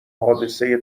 حادثه